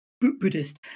Buddhist